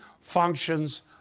functions